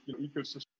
ecosystem